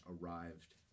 arrived